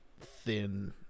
thin